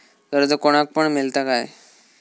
कर्ज कोणाक पण मेलता काय?